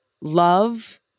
love